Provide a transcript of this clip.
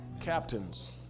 captains